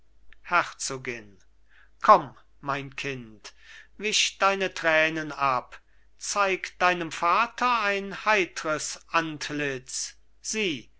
herzogin komm mein kind wisch deine tränen ab zeig deinem vater ein heitres antlitz sieh